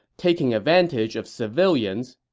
taking advantage of civilians,